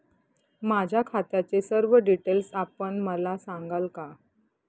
माझ्या खात्याचे सर्व डिटेल्स आपण मला सांगाल का?